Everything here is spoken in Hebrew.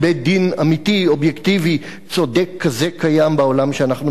אמיתי אובייקטיבי צודק כזה קיים בעולם שאנחנו מכירים.